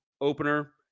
opener